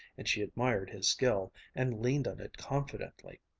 and she admired his skill, and leaned on it confidently.